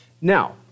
Now